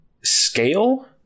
scale